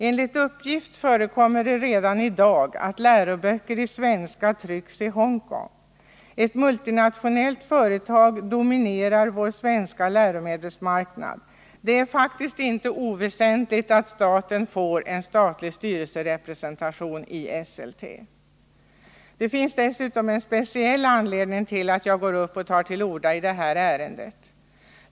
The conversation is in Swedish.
Enligt uppgift förekommer det redan i dag att läroböcker i svenska trycks i Hongkong. Ett multinationellt företag dominerar vår svenska läromedelsmarknad. Det är faktiskt inte oväsentligt att vi får statlig styrelserepresentation i Esselte AB. Det finns dessutom en speciell anledning till att jag tar till orda i detta ärende.